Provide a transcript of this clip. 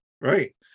Right